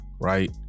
right